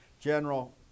general